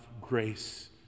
grace